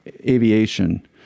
aviation